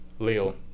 Leo